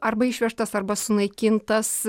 arba išvežtas arba sunaikintas